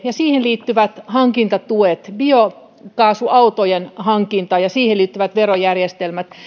ja siihen liittyvät hankintatuet biokaasuautojen hankinta ja siihen liittyvät verojärjestelmät